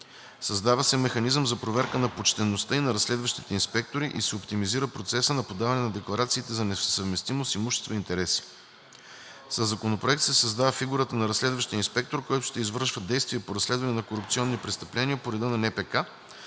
Създава се механизъм за проверка на почтеността и на разследващите инспектори и се оптимизира процесът на подаване на декларациите за несъвместимост, имущество и интереси. Със Законопроекта се създава фигурата на разследващия инспектор, който ще извършва действия по разследване на корупционни престъпления по реда на